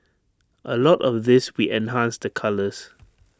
A lot of this we enhanced the colours